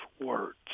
words